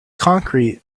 concrete